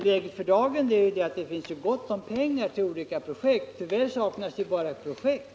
Läget för dagen är således att det finns gott om pengar, men tyvärr saknas det projekt.